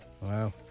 Wow